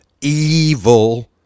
evil